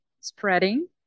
spreading